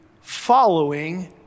following